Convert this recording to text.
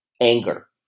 anger